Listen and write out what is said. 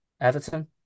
Everton